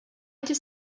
does